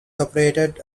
operated